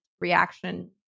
reaction